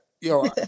Yo